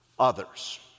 others